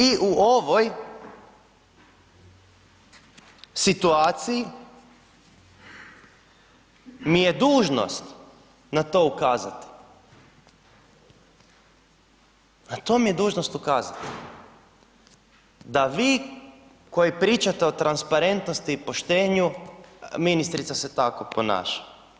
I u ovoj situaciji mi je dužnost na to ukazati, na to mi je dužnost ukazati da vi koji pričate o transparentnosti i poštenju, ministrica se tako ponaša.